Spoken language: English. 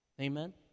Amen